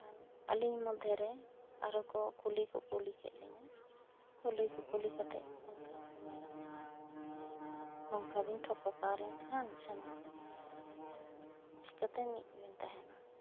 ᱮᱱᱠᱷᱟᱱ ᱟᱞᱤᱧ ᱢᱚᱫᱽᱫᱷᱮ ᱨᱮ ᱟᱨᱦᱚᱸ ᱠᱚ ᱠᱩᱞᱤ ᱠᱚ ᱠᱩᱯᱩᱞᱤ ᱠᱮᱫ ᱞᱤᱧᱟᱹ ᱠᱩᱞᱤ ᱠᱩᱯᱩᱞᱤ ᱠᱟᱛᱮ ᱮᱱᱠᱷᱟᱱ ᱠᱚ ᱢᱮᱱᱟᱜ ᱞᱤᱧᱟᱹ ᱡᱮ ᱱᱚᱝᱠᱟ ᱵᱤᱱ ᱴᱷᱚᱯᱚᱠᱟᱣ ᱞᱮᱱᱠᱷᱟᱱ ᱥᱮ ᱱᱚᱝᱠᱟ ᱵᱤᱱ ᱱᱮᱭᱟᱭ ᱞᱮᱱᱠᱷᱟᱱ ᱪᱤᱠᱟ ᱛᱮ ᱢᱤᱫ ᱵᱤᱱ ᱛᱟᱦᱮᱱᱟ